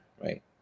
right